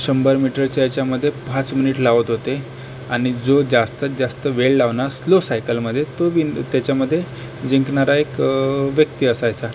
शंभर मीटरच्या ह्याच्यामध्ये पाच मिनिट लावत होते आणि जो जास्ततजास्त वेळ लावणार स्लो सायकलमध्ये तो विन त्याच्यामध्ये जिंकणारा एक व्यक्ती असायचा